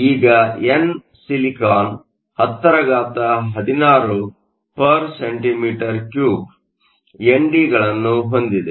ಈಗಎನ್ silicon 1016 cm 3 N D ಗಳನ್ನು ಹೊಂದಿದೆ